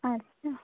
আচ্ছা